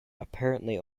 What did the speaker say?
apparently